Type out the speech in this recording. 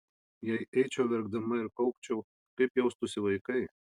jei eičiau verkdama ir kaukčiau kaip jaustųsi vaikai